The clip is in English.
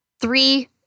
three